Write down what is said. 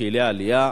פעילי עלייה.